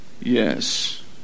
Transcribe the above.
Yes